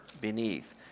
beneath